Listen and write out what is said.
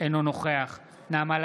אינו נוכח נעמה לזימי,